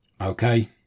okay